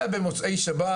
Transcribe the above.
זה היה במוצאי שבת.